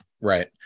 Right